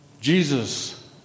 Jesus